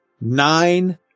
nine